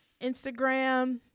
Instagram